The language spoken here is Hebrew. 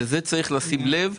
לזה צריך לשים לב.